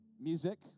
music